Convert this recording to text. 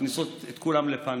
מכניסות את כולם לפניקה,